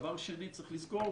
דבר שני, צריך לזכור